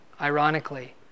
ironically